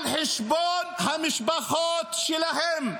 על חשבון המשפחות שלהם,